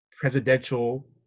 presidential